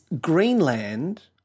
Greenland